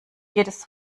jedes